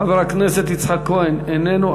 חבר הכנסת יצחק כהן, איננו.